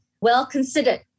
well-considered